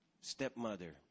Stepmother